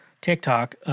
TikTok